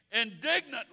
indignantly